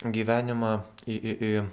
gyvenimą į